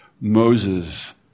Moses